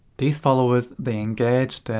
these followers, they engaged,